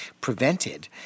prevented